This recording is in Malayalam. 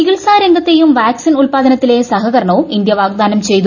ചികിത്സാരംഗത്തെയും വാക്സിൻ ഉൽപാദനത്തിലെയും സഹകരണവും ഇന്ത്യ വാഗ്ദാനം ചെയ്തു